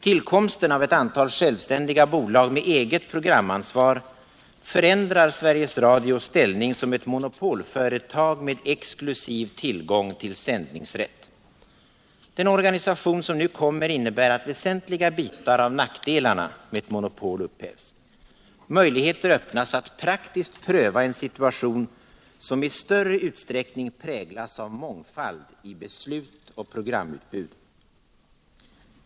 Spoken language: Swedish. Tillkomsten av ett antal självständiga bolag med eget programansvar förändrar Sveriges Radios ställning som ett monopolföretag med exklusiv tillgång till sändningsrätt. Den organisation som nu kommer innebär att väsentliga bitar av nackdelarna med ett monopol upphävs. Möjligheter öppnas att praktiskt pröva en situation som i större utsträckning präglas av mångfald i beslut och programutbud.